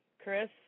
Chris